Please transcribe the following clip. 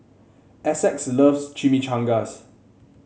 Essex loves Chimichangas